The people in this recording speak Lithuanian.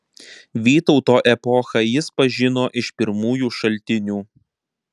vytauto epochą jis pažino iš pirmųjų šaltinių